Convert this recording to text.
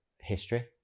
history